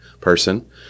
person